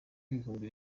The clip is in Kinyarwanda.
ibihumbi